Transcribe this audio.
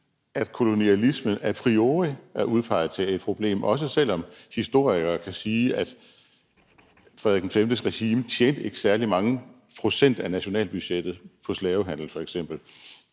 at kolonialisme a priori er udpeget som et problem, også selv om historier kan sige, at Frederik V's regime ikke tjente særlig mange procent af nationalbudgettet på f.eks slavehandel. Hvad er